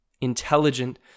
intelligent